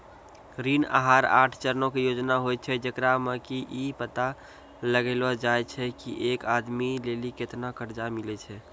ऋण आहार आठ चरणो के योजना होय छै, जेकरा मे कि इ पता लगैलो जाय छै की एक आदमी लेली केतना कर्जा मिलै छै